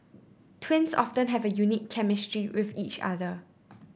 twins often have a unique chemistry with each other